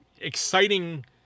exciting